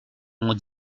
ont